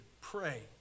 pray